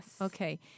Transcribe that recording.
Okay